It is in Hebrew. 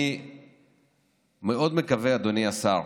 אני מאוד מקווה, אדוני השר,